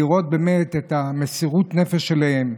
לראות באמת את מסירות הנפש שלהם,